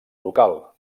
brocal